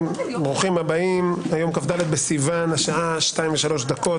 היום כ"ד סיוון, על סדר-היום: